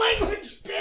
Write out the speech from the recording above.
language